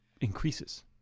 increases